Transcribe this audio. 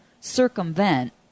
circumvent